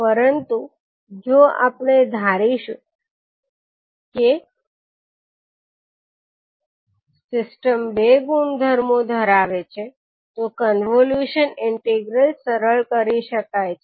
પરંતુ જો આપણે ધારીશું કે સિસ્ટમ બે ગુણધર્મો ધરાવે છે તો કન્વોલ્યુશન ઇન્ટિગ્રલ સરળ કરી શકાય છે